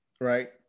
right